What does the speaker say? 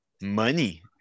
money